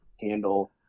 handle